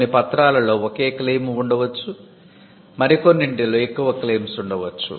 కొన్ని పత్రాలలో ఒకే క్లెయిమ్ ఉండవచ్చు మరి కొన్నింటిలో ఎక్కువ క్లెయిమ్స్ ఉండవచ్చు